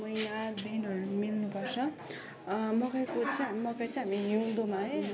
महिना दिनहरू मिल्नु पर्छ मकैको चाहिँ मकै चाहिँ हामी हिउँदोमा है